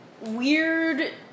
weird